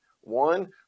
One